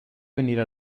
venire